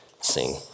sing